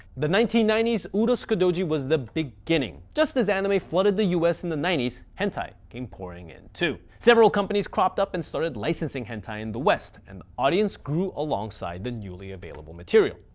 the nineteen ninety s, urotsukidoji was the beginning. just as anime flooded the us in the ninety s, hentai came pouring in too. several companies cropped up and started licensing hentai in the west and the audience grew alongside the newly available material.